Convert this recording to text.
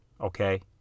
Okay